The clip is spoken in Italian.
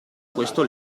questo